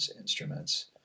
instruments